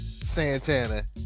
Santana